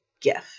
gift